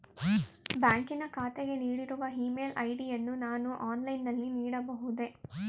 ಬ್ಯಾಂಕಿನ ಖಾತೆಗೆ ನೀಡಿರುವ ಇ ಮೇಲ್ ಐ.ಡಿ ಯನ್ನು ನಾನು ಆನ್ಲೈನ್ ನಲ್ಲಿ ನೀಡಬಹುದೇ?